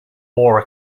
war